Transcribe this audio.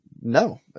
No